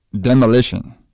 Demolition